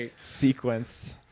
sequence